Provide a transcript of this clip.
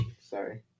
Sorry